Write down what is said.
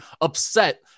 upset